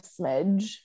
smidge